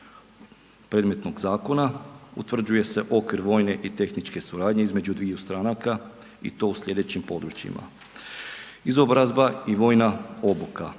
predmetnog zakona utvrđuje se okvir vojne i tehničke suradnje između dviju stranka i to u sljedećim područjima: izobrazba i vojna obuka,